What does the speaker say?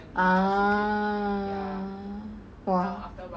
ah !wah!